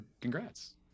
congrats